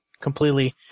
completely